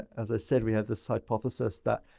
as i said, we have this hypothesis that,